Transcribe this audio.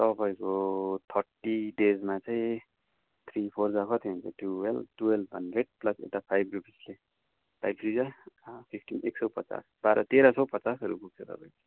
तपाईँको थर्टी डेजमा चाहिँ थ्री फोर जा कति हुन्छ ट्वेल्भ ट्वेल्भ हन्ड्रेड प्लस यता फाइभ रुपिसले फाइभ थ्री जा फिफ्टिन एकसौ पचास बार तेह्र सौ पचासहरू पुग्छ तपाईँको